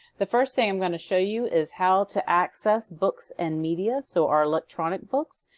the first thing i'm going to show you is how to access books and media so our electronic books.